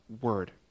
Word